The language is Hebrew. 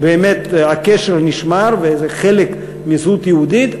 באמת הקשר נשמר וזה חלק מזהות יהודית,